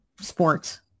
sports